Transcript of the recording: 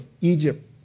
Egypt